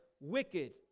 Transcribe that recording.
wicked